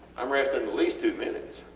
um resting at least two minutes.